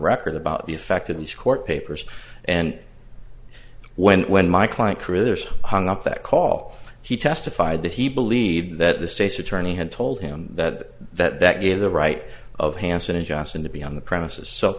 record about the effect of these court papers and when when my client critters hung up that call he testified that he believed that the state's attorney had told him that that that gave the right of hanson and johnson to be on the premises so